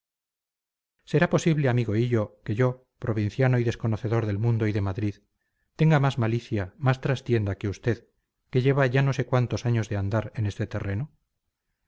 será posible amigo hillo que yo provinciano y desconocedor del mundo y de madrid tenga más malicia más trastienda que usted que lleva ya no sé cuántos años de andar en este terreno